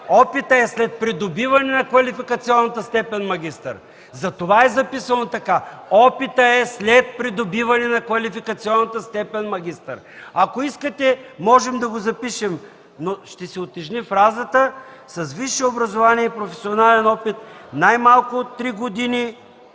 Опитът е след придобиване на квалификационната степен „магистър”. Затова е записано така. Опитът е след придобиване на квалификационната степен „магистър”. Ако искате, можем да го запишем, но фазата ще се утежни: „с висше образование и професионален опит най-малко от 3 години,